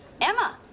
Emma